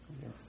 Yes